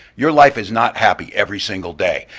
your life is not happy every single day.